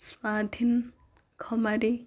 Swadhin Khamari